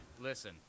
listen